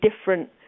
different